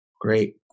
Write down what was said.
Great